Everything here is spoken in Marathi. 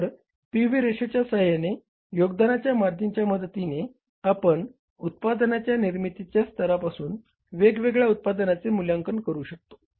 तर पीव्ही रेशोच्या सहाय्याने योगदानाच्या मार्जिनच्या मदतीने आपण उत्पादनाच्या निर्मितीच्या स्तरापासून वेगवेगळ्या उत्पादनांचे मूल्यांकन करू शकतो